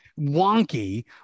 wonky